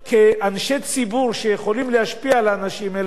כאנשי ציבור שיכולים להשפיע על האנשים האלה,